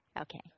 Okay